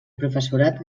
professorat